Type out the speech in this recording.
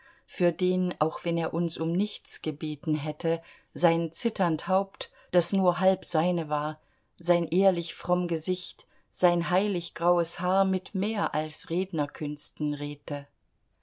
für den auch wenn er uns um nichts gebeten hätte sein zitternd haupt das nur halb seine war sein ehrlich fromm gesicht sein heilig graues haar mit mehr als rednerkünsten